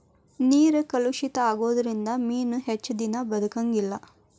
ನೇರ ಕಲುಷಿತ ಆಗುದರಿಂದ ಮೇನು ಹೆಚ್ಚದಿನಾ ಬದಕಂಗಿಲ್ಲಾ